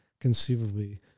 conceivably